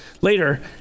later